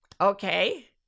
Okay